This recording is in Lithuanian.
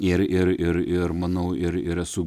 ir ir ir ir manau ir ir esu